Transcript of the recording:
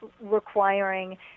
requiring